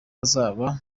azaba